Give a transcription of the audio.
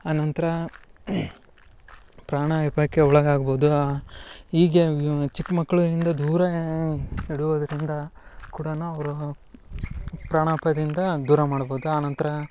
ಆನಂತರ ಪ್ರಾಣಯಪಾಯಕ್ಕೆ ಒಳಗಾಗ್ಬೋದು ಹೀಗೆ ಚಿಕ್ಕ ಮಕ್ಳಿಂದ ದೂರ ಇಡುವುದರಿಂದ ಕೂಡ ಅವರು ಪ್ರಾಣಾಪಾಯದಿಂದ ದೂರ ಮಾಡ್ಬೋದು ಆನಂತರ